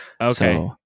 Okay